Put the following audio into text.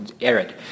arid